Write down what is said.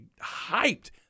hyped